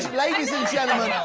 ladies and gentlemen, you know